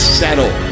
settle